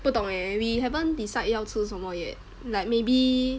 不懂 eh we haven't decide 要吃什么 yet like maybe